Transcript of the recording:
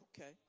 Okay